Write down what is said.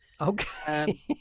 okay